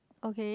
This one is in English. okay